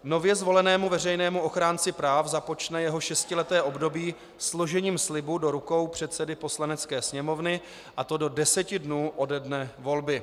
Nově zvolenému veřejnému ochránci práv započne jeho šestileté období složením slibu do rukou předsedy Poslanecké sněmovny, a to do deseti dnů ode dne volby.